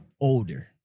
older